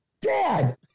Dad